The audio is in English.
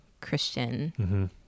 Christian